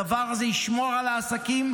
הדבר הזה ישמור על העסקים,